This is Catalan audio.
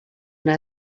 una